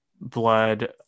blood